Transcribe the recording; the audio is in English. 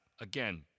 Again